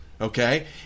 okay